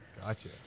gotcha